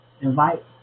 Invite